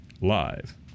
Live